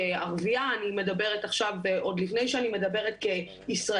כערבייה אני מדברת עכשיו עוד לפני שאני מדברת כישראלית,